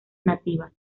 nativas